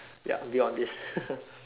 ya build on this